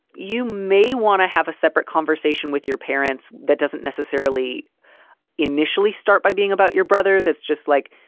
you may want to have a separate conversation with your parents. that doesn't necessarily initially start by being about your brother. that's just like,